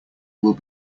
will